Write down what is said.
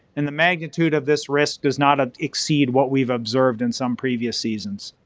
and the magnitude of this risk does not ah exceed what we've observed in some previous seasons.